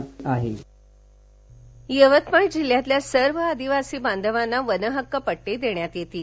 विरसापर्व यवतमाळ जिल्ह्यातील सर्व आदिवासी बांधवांना वनहक्क पट्टे देण्यात येतील